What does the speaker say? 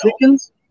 chickens